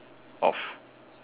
of